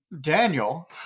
Daniel